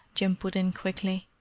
jim put in quickly.